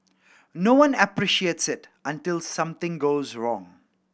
no one appreciates it until something goes wrong